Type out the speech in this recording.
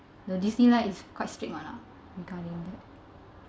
the Disneyland is quite strict one lah regarding